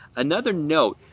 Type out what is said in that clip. another note,